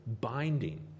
binding